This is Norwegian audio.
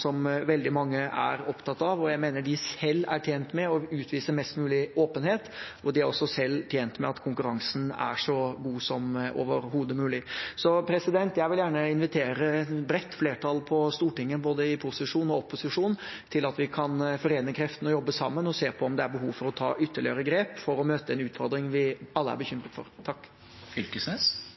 som veldig mange er opptatt av, og jeg mener de selv er tjent med å utvise mest mulig åpenhet. De er også selv tjent med at konkurransen er så god som overhodet mulig. Jeg vil gjerne invitere partiene på Stortinget, både posisjon og opposisjon, til å danne et bredt flertall og til å forene kreftene og jobbe sammen for å se om det er behov for å ta ytterligere grep for å møte en utfordring vi alle er bekymret for.